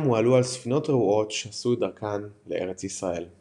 הועלו על ספינות רעועות שעשו דרכן לארץ ישראל.